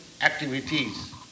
activities